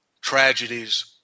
tragedies